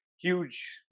huge